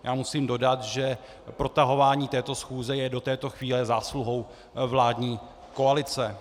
Já musím dodat, že protahování této schůze je do této chvíle zásluhou vládní koalice.